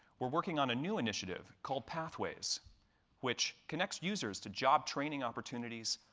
we're working on a new initiative called pathways which connects users to job-training opportunities,